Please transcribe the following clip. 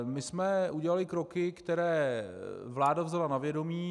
My jsme udělali kroky, které vláda vzala na vědomí.